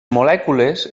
molècules